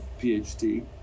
PhD